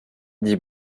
dit